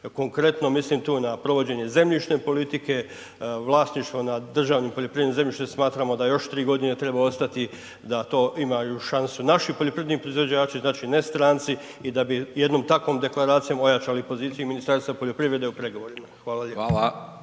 Konkretno, mislim tu na provođenje zemljišne politike, vlasništva nad državnim poljoprivrednim zemljištem smatramo da još 3 godine treba ostati, da to imaju šansu naši poljoprivredni proizvođači, znači ne stranci i da bi jednom takvom deklaracijom ojačali poziciju Ministarstva poljoprivrede u pregovorima. Hvala